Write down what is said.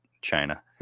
China